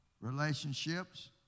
Relationships